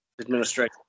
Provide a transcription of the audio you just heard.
administration